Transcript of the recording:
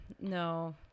no